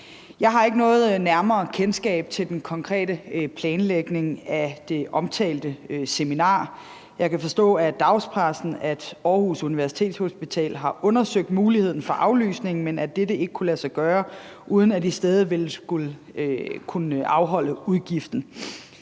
Jeg har ikke noget nærmere kendskab til den konkrete planlægning af det omtalte seminar. Jeg kan forstå af dagspressen, at Aarhus Universitetshospital har undersøgt muligheden for aflysning, men at det ikke kunne lade sig gøre, uden at de stadig ville skulle afholde udgiften.